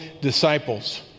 disciples